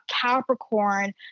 capricorn